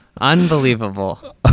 Unbelievable